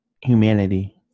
humanity